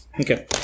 Okay